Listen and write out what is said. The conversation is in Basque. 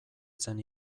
zen